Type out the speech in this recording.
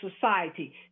society